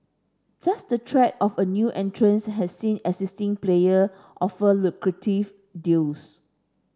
just the threat of a new entrants has seen existing player offer lucrative deals